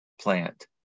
plant